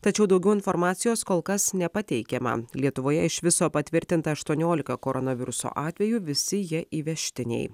tačiau daugiau informacijos kol kas nepateikiama lietuvoje iš viso patvirtinta aštuoniolika koronaviruso atvejų visi jie įvežtiniai